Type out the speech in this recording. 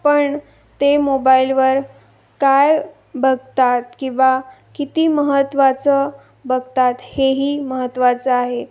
पण ते मोबाईलवर काय बघतात किंवा किती महत्त्वाचं बघतात हेही महत्त्वाचं आहे